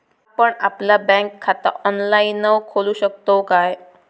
आपण आपला बँक खाता ऑनलाइनव खोलू शकतव काय?